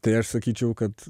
tai aš sakyčiau kad